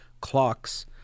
clocks